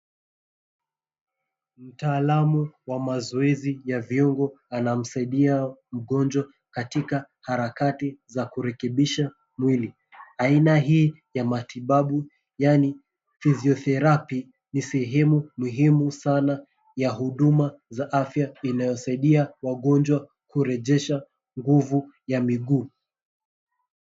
Mtaalamu wa mazoezi ya viungo anamsaidia mgonjwa katika harakati za kurekebisha mwili. Aina hii ya matibabu yaani physiotherapy ni sehemu muhimu sana ya huduma za afya inayosaidia wagonjwa kurejesha nguvu ya miguu.